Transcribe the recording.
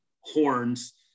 horns